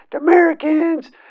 Americans